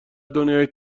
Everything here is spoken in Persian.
دنیای